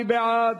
מי בעד?